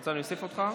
רוצה שאוסיף אותך?